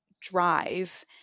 drive